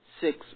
Six